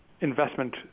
investment